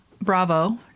bravo